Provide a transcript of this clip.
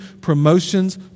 promotions